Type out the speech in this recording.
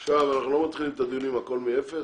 אנחנו לא מתחילים את הדיונים הכול מאפס,